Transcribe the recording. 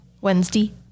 Wednesday